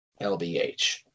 LBH